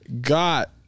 got